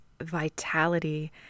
vitality